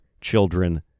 children